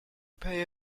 pay